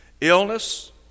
illness